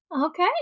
Okay